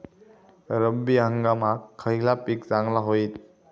रब्बी हंगामाक खयला पीक चांगला होईत?